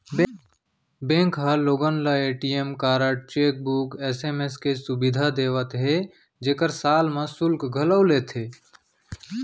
bank ह लोगन ल ए.टी.एम कारड, चेकबूक, एस.एम.एस के सुबिधा देवत हे जेकर साल म सुल्क घलौ लेथे